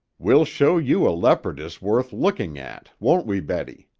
we'll show you a leopardess worth looking at, won't we, betty?